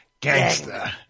gangster